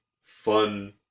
fun